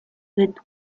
with